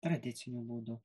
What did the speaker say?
tradiciniu būdu